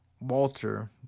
Walter